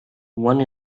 one